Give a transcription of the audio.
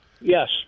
yes